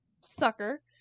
sucker